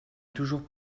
toujours